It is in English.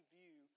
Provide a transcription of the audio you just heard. view